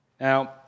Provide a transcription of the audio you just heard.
Now